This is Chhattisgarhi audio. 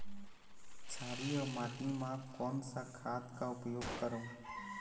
क्षारीय माटी मा कोन सा खाद का उपयोग करों?